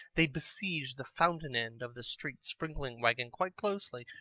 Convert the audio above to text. they besiege the fountain-end of the street-sprinkling wagon quite closely,